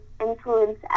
influence